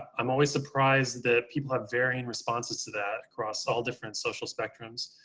i'm always surprised that people have varying responses to that across all different social spectrums.